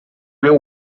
wheel